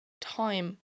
time